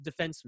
defenseman